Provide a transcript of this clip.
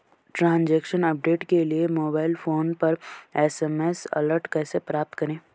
Transaction update के लिए mobile phone पर एस.एम.एस अलर्ट कैसे प्राप्त करें?